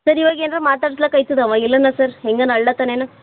sir ಇವಾಗ ಏನರ ಮಾತಾಡ್ಸ್ಲಕ್ಕ ಆಯ್ತದಾ ಅವ ಇಲ್ಲನ ಸರ್ ಹೇಗಾನ ಅಳ್ಲತ್ತಾನೇನು